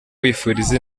wifuriza